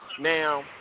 Now